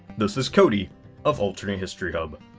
this is cody of alternate history hub.